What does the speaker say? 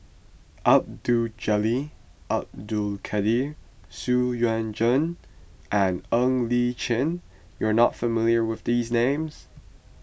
Abdul Jalil Abdul Kadir Xu Yuan Zhen and Ng Li Chin you are not familiar with these names